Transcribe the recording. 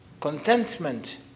contentment